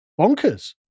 bonkers